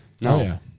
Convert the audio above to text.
No